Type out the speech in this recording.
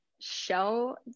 show